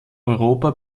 europa